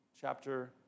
chapter